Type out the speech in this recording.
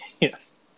yes